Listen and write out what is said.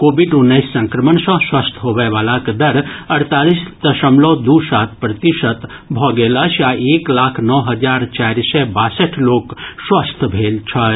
Covid उन्नैस संक्रमण सँ स्वस्थ्य होबयवलाक दर अड़तालिस दशमलव दू सात प्रतिशत भऽ गेल अछि आ एक लाख नओ हजार चारि सय बासठि लोक स्वस्थ्य भेल छथि